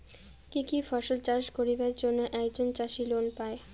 কি কি ফসল চাষ করিবার জন্যে একজন চাষী লোন পায়?